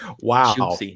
Wow